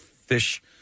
fish